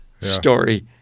story